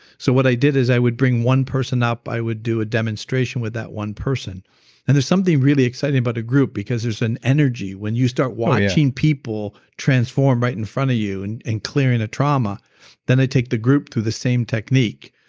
so what i did is i would bring one person up, i would do a demonstration with that one person and there's something really exciting about a group because there's an energy when you start watching people transform right in front of you and and clearing a trauma then i take the group through the same technique,